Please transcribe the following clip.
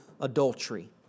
adultery